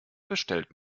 bestellt